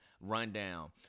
rundown